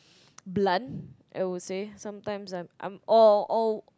blunt I would say sometimes I I'm all all